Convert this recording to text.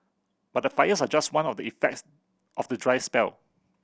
but the fires are just one of the effects of the dry spell